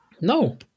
No